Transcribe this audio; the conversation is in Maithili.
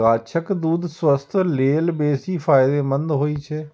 गाछक दूछ स्वास्थ्य लेल बेसी फायदेमंद होइ छै